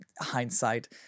hindsight